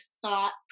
thought